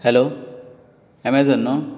hello Amazon न्हू